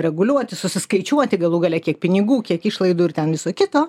reguliuoti susiskaičiuoti galų gale kiek pinigų kiek išlaidų ir ten viso kito